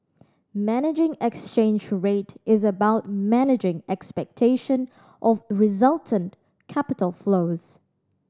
managing exchange rate is about managing expectation of resultant capital flows